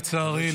לצערי,